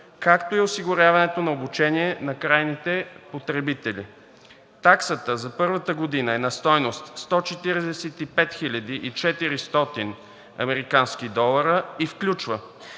както и осигуряването на обучение на крайните потребители. Таксата за първата година е на стойност 145 400 американски долара и включва